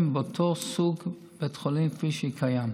יהיה מאותו סוג של בית חולים כפי שקיים.